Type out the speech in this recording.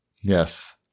Yes